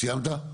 סיימת?